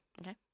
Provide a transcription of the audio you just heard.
Okay